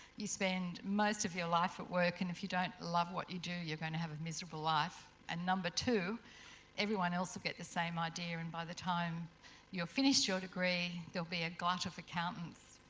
you spend most of your life at work and if you don't love what you do, you're going to have a miserable life and number two everyone else get the same idea and by the time you're finished your degree there'll be a glut of accountants.